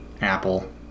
Apple